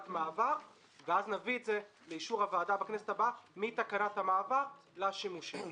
ואז נביא לאישור הוועדה בכנסת הבאה מתקנת המעבר לשימושים.